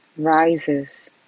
rises